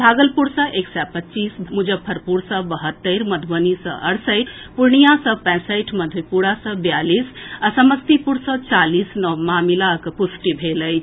भागलपुर सँ एक सय पच्चीस मुजफ्फरपुर सँ बहत्तरि मधुबनी सँ अड़सठि पूर्णियां सँ पैंसठि मधेपुरा सँ बियालीस आ समस्तीपुर सँ चालीस नव मामिलाक पुष्टि भेल अछि